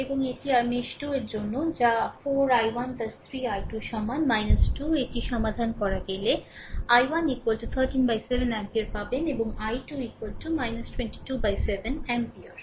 এবং এটি আর মেশ 2 এর জন্য যা r 4 i1 3 i2 সমান 2 এটির সমাধান করা গেলে i1 137 অ্যাম্পিয়ার পাবেন এবং i2 227 অ্যাম্পিয়ার